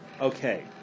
Okay